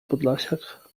podlasiak